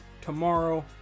tomorrow